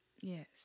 Yes